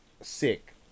sick